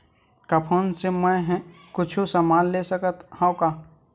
का फोन से मै हे कुछु समान ले सकत हाव का?